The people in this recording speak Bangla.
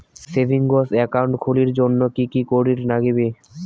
সেভিঙ্গস একাউন্ট খুলির জন্যে কি কি করির নাগিবে?